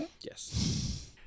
Yes